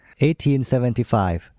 1875